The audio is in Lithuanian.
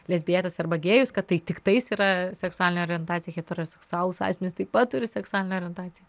lesbietes arba gėjus kad tai tiktais yra seksualinė orientacija heteroseksualūs asmenys taip pat turi seksualinę orientaciją